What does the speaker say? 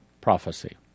PROPHECY